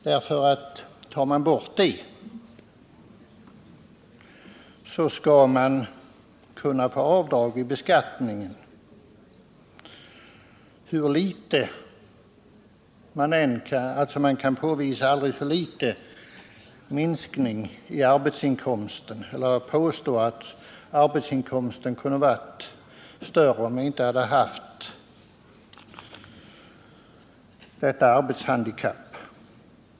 Tar man bort detta ord i bestämmelsen, kan avdrag beviljas vid beskattningen, hur liten den nedsättning som kan påvisas i skatteförmågan än är, dvs. där det kan hävdas att arbetsinkomsten hade kunnat vara aldrig så litet större, om vederbörande inte hade haft sitt arbetshandikapp.